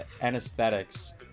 anesthetics